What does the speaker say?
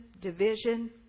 division